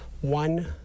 one